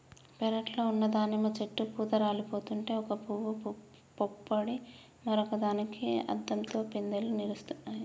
పెరట్లో ఉన్న దానిమ్మ చెట్టు పూత రాలిపోతుంటే ఒక పూవు పుప్పొడిని మరొక దానికి అద్దంతో పిందెలు నిలుస్తున్నాయి